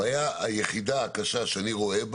הבעיה היחידה הקשה שאני רואה,